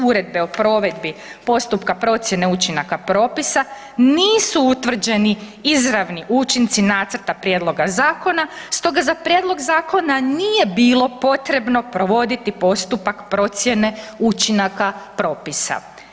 Uredbe o provedbi postupka procjene učinaka propisa nisu utvrđeni izravni učinci nacrta prijedloga zakona, stoga za prijedlog zakona nije bilo potrebno provoditi postupak procjene učinaka propisa.